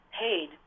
paid